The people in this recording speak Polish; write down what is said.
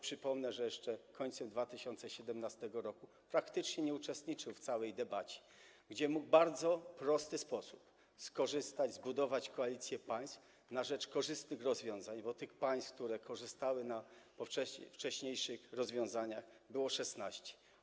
Przypomnę, że jeszcze z końcem 2017 r. praktycznie nie uczestniczył w całej debacie, gdzie mógł w bardzo prosty sposób skorzystać z tego, zbudować koalicję państwa na rzecz korzystnych rozwiązań, bo tych państw, które korzystały ze wcześniejszych rozwiązań, było szesnaście.